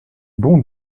bon